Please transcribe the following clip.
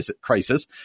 crisis